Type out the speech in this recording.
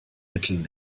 mitteln